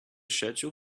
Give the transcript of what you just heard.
schedule